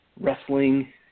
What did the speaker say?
wrestling